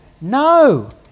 No